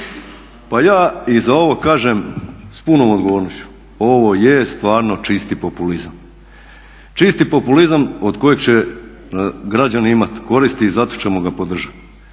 Pa ja i za ovo kažem s punom odgovornošću ovo je stvarno čisti populizam. Čisti populizam od kojeg će građani imati koristi i zato ćemo ga podržati.